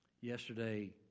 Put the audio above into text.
Yesterday